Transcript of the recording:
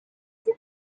rwo